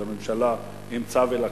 שהממשלה אימצה ולקחה,